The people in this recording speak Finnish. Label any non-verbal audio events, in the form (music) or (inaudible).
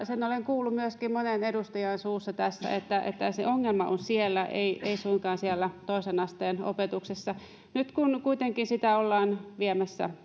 sen olen kuullut myöskin monen edustajan suusta täällä että se ongelma on siellä ei ei suinkaan siellä toisen asteen opetuksessa nyt kun kuitenkin sitä ollaan viemässä (unintelligible)